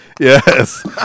Yes